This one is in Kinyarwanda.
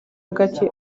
gake